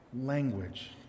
language